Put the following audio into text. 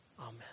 Amen